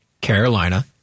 Carolina